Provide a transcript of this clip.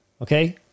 Okay